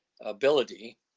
ability